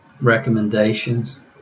recommendations